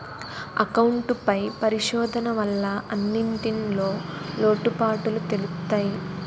account పై పరిశోధన వల్ల అన్నింటిన్లో లోటుపాటులు తెలుత్తయి